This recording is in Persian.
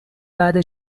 بعد